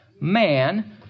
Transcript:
man